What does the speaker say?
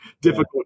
difficult